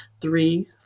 three